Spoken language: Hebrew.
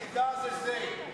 הצעת התקציב היחידה היא זו,